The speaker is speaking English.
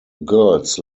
girls